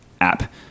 app